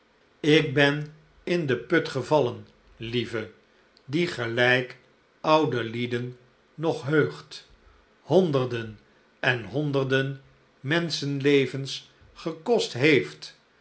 ik ben in den put gevallen lieve die gelijk oude lieden nog heugt honderden en honderden menschenlevens gekost heeft